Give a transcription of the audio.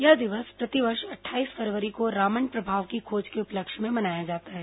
यह दिवस प्रतिवर्ष अट्ठाईस फरवरी को रमण प्रभाव की खोज के उपलक्ष्य में मनाया जाता है